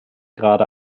gerade